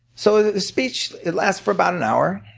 so the speech, it lasts for about an hour.